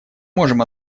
можем